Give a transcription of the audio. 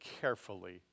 carefully